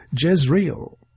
Jezreel